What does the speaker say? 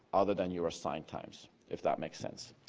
other than your assigned times, if that makes sense.